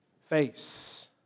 face